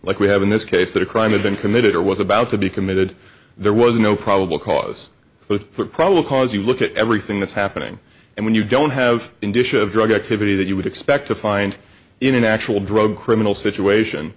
like we have in this case that a crime had been committed or was about to be committed there was no probable cause for probable cause you look at everything that's happening and when you don't have industry of drug activity that you would expect to find in an actual drug criminal situation